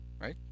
right